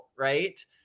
right